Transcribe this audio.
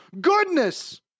Goodness